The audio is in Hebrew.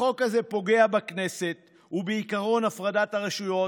החוק הזה פוגע בכנסת ובעקרון הפרדת הרשויות.